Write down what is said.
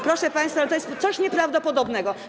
Proszę państwa, ale to jest coś nieprawdopodobnego.